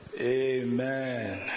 amen